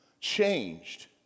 changed